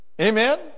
Amen